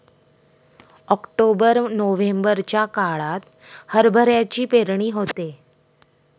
October नोव्हेंबरच्या काळात हरभऱ्याची पेरणी होते